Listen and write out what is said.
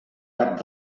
cap